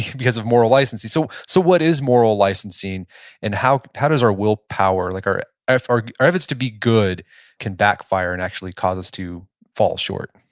because of moral licensing so so what is moral licensing licensing and how how does our willpower, like our, ah our our efforts to be good can backfire and actually cause us to fall short?